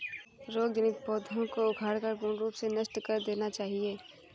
रोग जनित पौधों को उखाड़कर पूर्ण रूप से नष्ट कर देना चाहिये